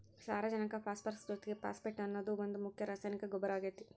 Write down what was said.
ಸಾರಜನಕ ಪಾಸ್ಪರಸ್ ಜೊತಿಗೆ ಫಾಸ್ಫೇಟ್ ಅನ್ನೋದು ಒಂದ್ ಮುಖ್ಯ ರಾಸಾಯನಿಕ ಗೊಬ್ಬರ ಆಗೇತಿ